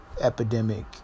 epidemic